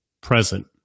present